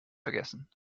vergessen